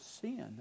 sin